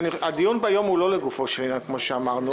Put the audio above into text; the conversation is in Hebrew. הדיון היום הוא לא לגופו של עניין כמו שאמרנו.